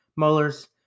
Mueller's